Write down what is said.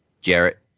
Jarrett